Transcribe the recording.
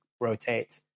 rotate